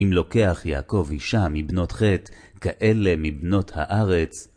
אם לוקח יעקב אישה מבנות חטא, כאלה מבנות הארץ..